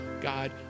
God